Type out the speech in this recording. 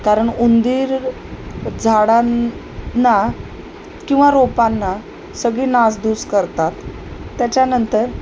कारण उंदीर झाडांना किंवा रोपांना सगळी नासधूस करतात त्याच्यानंतर